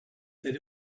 that